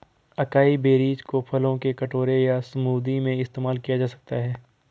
acai berries को फलों के कटोरे या स्मूदी में इस्तेमाल किया जा सकता है